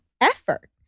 effort